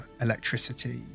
electricity